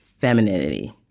femininity